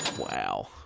Wow